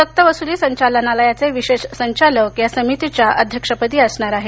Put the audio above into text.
सक्तवसुली संचालनालयाचे विशेष संचालक या समितीच्या अध्यक्षपदी असणार आहेत